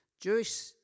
Jewish